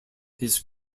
his